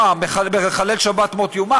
מה, מחלל שבת מות יומת?